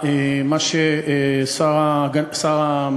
אני סבורה שזה לא רוב,